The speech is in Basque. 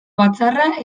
batzarra